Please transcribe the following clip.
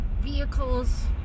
vehicles